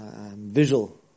Visual